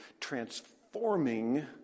transforming